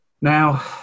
Now